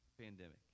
Pandemic